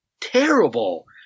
terrible